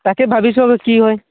তাকে ভাবিছোঁ কি হয়